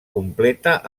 completa